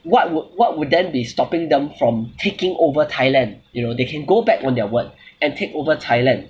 what would what would then be stopping them from taking over thailand you know they can go back on their word and take over thailand